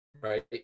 right